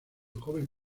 joven